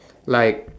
like